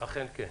אכן כן.